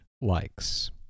likes